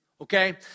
Okay